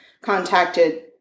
contacted